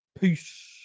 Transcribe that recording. Peace